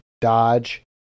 dodge